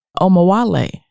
Omawale